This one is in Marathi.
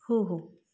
हो हो